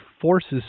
forces